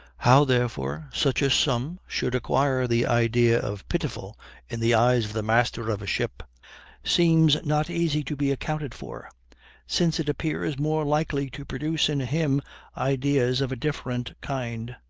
how, therefore, such a sum should acquire the idea of pitiful in the eyes of the master of a ship seems not easy to be accounted for since it appears more likely to produce in him ideas of a different kind.